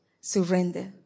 Surrender